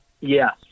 Yes